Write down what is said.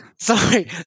Sorry